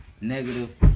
negative